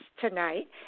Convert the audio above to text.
tonight